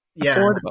affordable